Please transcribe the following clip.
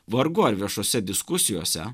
vargu ar viešose diskusijose